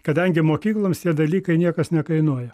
kadangi mokykloms tie dalykai niekas nekainuoja